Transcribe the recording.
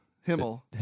Himmel